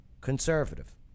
conservative